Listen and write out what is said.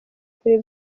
kuri